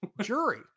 jury